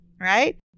right